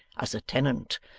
as a tenant,